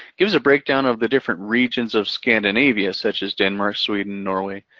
gives a breakdown of the different regions of scandinavia, such as denmark, sweden, norway,